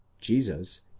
Jesus